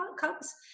Cubs